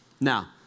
Now